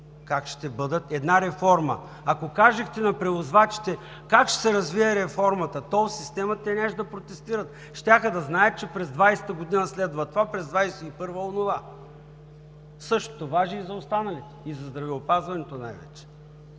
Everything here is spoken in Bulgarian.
как ще бъдат една реформа. Ако бяхте казали на превозвачите как ще се развие реформата в тол системата, те нямаше да протестират, щяха да знаят, че през 2020 г. следва това, през 2021 г. – онова. Същото важи и за останалите, и за здравеопазването най-вече